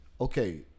okay